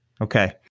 Okay